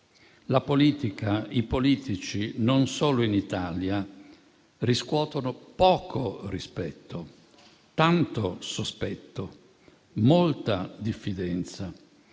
la politica, i politici, non solo in Italia, riscuotono poco rispetto, tanto sospetto e molta diffidenza.